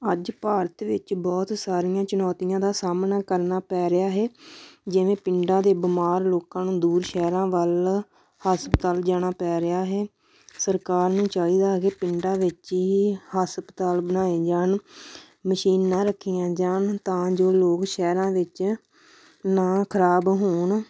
ਅੱਜ ਭਾਰਤ ਵਿੱਚ ਬਹੁਤ ਸਾਰੀਆਂ ਚੁਣੌਤੀਆਂ ਦਾ ਸਾਹਮਣਾ ਕਰਨਾ ਪੈ ਰਿਹਾ ਹੈ ਜਿਵੇਂ ਪਿੰਡਾਂ ਦੇ ਬਿਮਾਰ ਲੋਕਾਂ ਨੂੰ ਦੂਰ ਸ਼ਹਿਰਾਂ ਵੱਲ ਹਸਪਤਾਲ ਜਾਣਾ ਪੈ ਰਿਹਾ ਹੈ ਸਰਕਾਰ ਨੂੰ ਚਾਹੀਦਾ ਕਿ ਪਿੰਡਾਂ ਵਿੱਚ ਹੀ ਹਸਪਤਾਲ ਬਣਾਏ ਜਾਣ ਮਸ਼ੀਨਾਂ ਰੱਖੀਆਂ ਜਾਣ ਤਾਂ ਜੋ ਲੋਕ ਸ਼ਹਿਰਾਂ ਵਿੱਚ ਨਾ ਖਰਾਬ ਹੋਣ